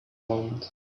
moment